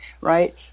right